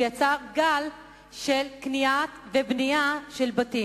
ויצר גל של בנייה וקנייה של בתים.